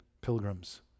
pilgrims